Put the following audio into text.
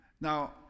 Now